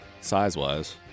size-wise